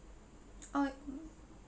uh